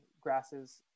grasses